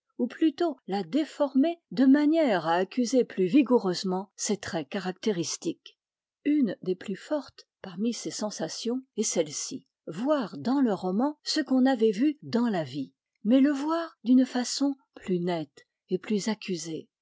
ou plutôt l'a déformée de manière à accuser plus vigoureusement ses traits caractéristiques une des plus fortes parmi ces sensations est celle-ci voir dans le roman ce qu'on avait vu dans la vie mais le voir d'une façon plus nette et plus accusée